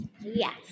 Yes